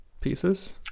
pieces